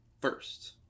First